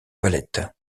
valette